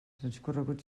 transcorreguts